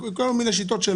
יש כל מיני שיטות,